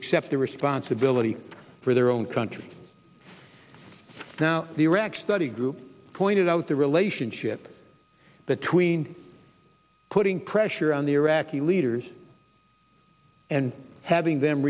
accept the responsibility for their own country now the iraq study group pointed out the relationship between putting pressure on the iraqi leaders and having them